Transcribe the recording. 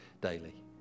daily